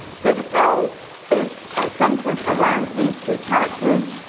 so the film is centred around these two characters.